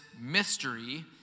mystery